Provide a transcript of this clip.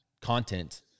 content